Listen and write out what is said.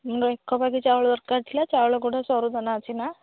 ଏକବାଗି ଚାଉଳ ଦରକାର ଥିଲା ଚାଉଳଗୁଡ଼ା ସରୁ ଦାନା ଅଛି ନା